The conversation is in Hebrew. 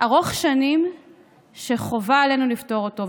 ארוך שנים שחובה עלינו לפתור אותו.